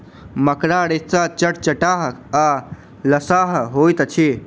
मकड़ा रेशा चटचटाह आ लसाह होइत अछि